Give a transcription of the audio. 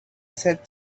said